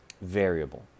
variable